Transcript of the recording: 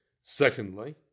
Secondly